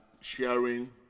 sharing